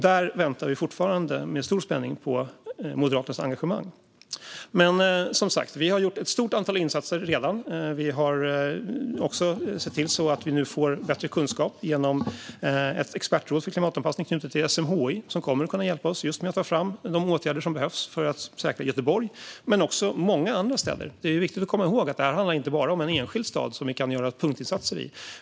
Där väntar vi fortfarande med stor spänning på Moderaternas engagemang. Vi har som sagt gjort ett stort antal insatser redan. Vi har också sett till att vi nu får bättre kunskap genom ett expertråd för klimatanpassning knutet till SMHI som kommer att kunna hjälpa oss med att ta fram åtgärder för att säkra just Göteborg men också många andra städer. Det är viktigt att komma ihåg att det här inte bara handlar om en enskild stad som vi kan göra punktinsatser i.